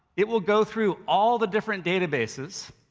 it will go through all the different databases,